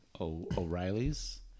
O'Reilly's